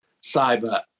cyber